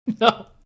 no